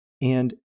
And-